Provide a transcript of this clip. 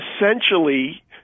essentially